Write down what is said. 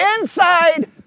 inside